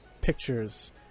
pictures